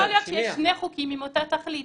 יכול להיות שיש שני חוקים עם אותה תכלית.